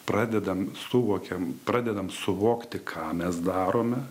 pradedam suvokiam pradedam suvokti ką mes darome